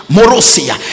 Morosia